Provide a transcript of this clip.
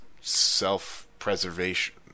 self-preservation